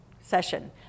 session